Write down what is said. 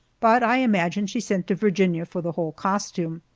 but i imagine she sent to virginia for the whole costume.